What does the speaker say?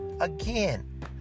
again